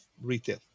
retail